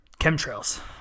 Chemtrails